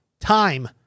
Time